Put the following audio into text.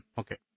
okay